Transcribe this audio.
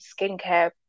skincare